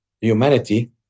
humanity